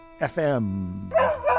FM